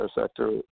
sector